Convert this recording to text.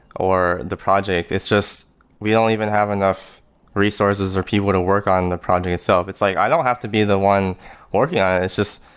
or the project. it's just we don't even have enough resources, or people to work on the project itself. it's like, i don't have to be the one working on it. it's just,